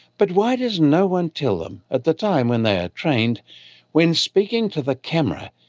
but why does no one tell them at the time when they are trained when speaking to the camera,